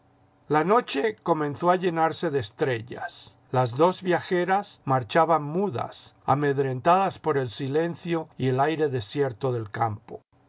la noche comenzó a llenarse de estrellas las dos viajeras marchaban mudas amedrentadas por el silencio y el aire desierto del campo